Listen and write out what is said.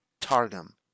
Targum